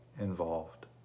involved